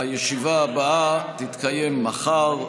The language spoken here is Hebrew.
הישיבה הבאה תתקיים מחר,